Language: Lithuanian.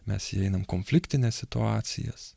mes įeinam konfliktines situacijas